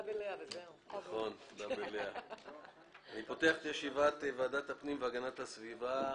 אני פותח את ישיבת ועדת הפנים והגנת הסביבה.